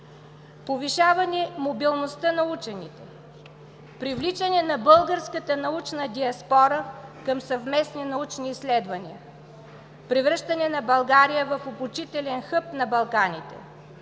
повишаване мобилността на учените; привличане на българската научна диаспора към съвместни научни изследвания; превръщане на България в обучителен хъб на Балканите;